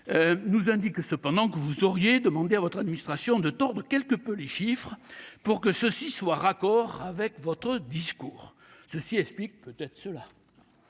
nous indiquent cependant que vous auriez demandé à votre administration de tordre quelque peu les chiffres pour que ceux-ci soient raccord avec votre discours. Ceci explique peut-être cela